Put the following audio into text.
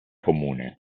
comune